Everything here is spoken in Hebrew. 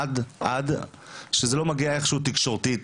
עד שזה לא מגיע איכשהו בצורה תקשורתית,